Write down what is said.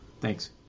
Thanks